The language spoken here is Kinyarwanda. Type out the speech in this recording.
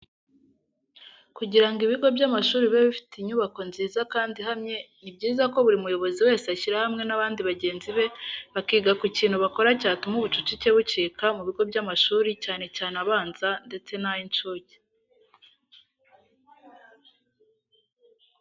Kugira ngo ibigo by'amashuri bibe bifite inyubako nziza kandi ihamye ni byiza ko buri muyobozi wese ashyira hamwe n'abandi bagenzi be bakiga ku kintu bakora cyatuma ubucucike bucika mu bigo by'amashuri cyane cyane abanza ndetse n'ay'incuke.